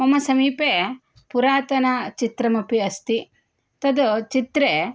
मम समीपे पुरातनचित्रमपि अस्ति तत् चित्रे